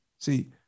See